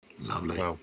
Lovely